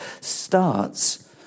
starts